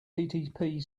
http